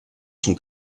sont